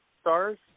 stars